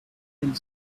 and